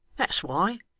that's why.